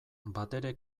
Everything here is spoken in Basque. batere